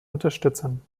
unterstützen